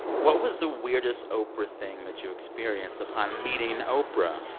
what was the weirdest oprah thing that you experienced upon meeting oprah?